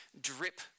drip